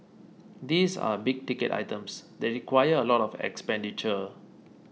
these are big ticket items they require a lot of expenditure